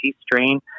strain